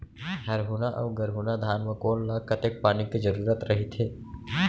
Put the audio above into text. हरहुना अऊ गरहुना धान म कोन ला कतेक पानी के जरूरत रहिथे?